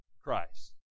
Christ